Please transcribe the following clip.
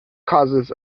causes